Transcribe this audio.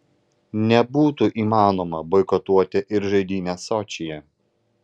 nebūtų neįmanoma boikotuoti ir žaidynes sočyje